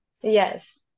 Yes